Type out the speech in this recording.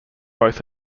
both